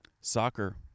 Soccer